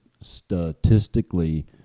statistically